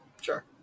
Sure